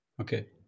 Okay